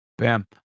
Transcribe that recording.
Bam